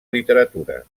literatura